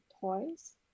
toys